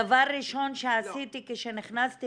דבר ראשון שעשיתי כשנכנסתי